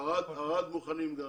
גם ערד מוכנה.